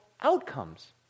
outcomes